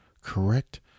correct